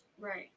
Right